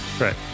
Right